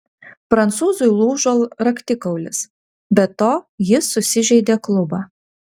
prancūzui lūžo raktikaulis be to jis susižeidė klubą